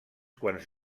quants